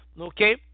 Okay